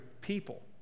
people